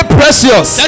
precious